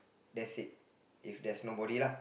that's it if there's nobody lah